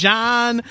John